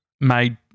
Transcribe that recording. made